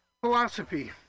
Philosophy